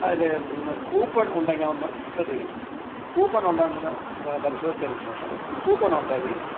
അതില് കൂപ്പൺ ഉണ്ടെങ്കിൽ ഒന്ന് ശ്രദ്ധിക്കണം കൂപ്പണുണ്ടോ എന്ന് പരിശോധിച്ചതിനുശേഷം കൂപ്പൺ ഉണ്ടെങ്കിൽ